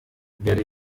werde